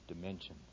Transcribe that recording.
dimension